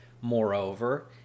Moreover